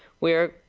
we are,